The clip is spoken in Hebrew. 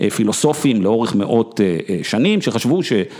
פילוסופים לאורך מאות שנים שחשבו ש...